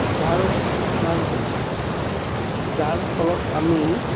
যাৰ যাৰ যাৰ ফলত আমি